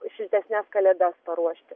šiltesnes kalėdas paruošti